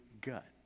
gut